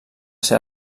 ser